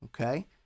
okay